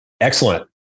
Excellent